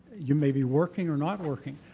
you may be working or not working,